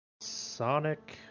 sonic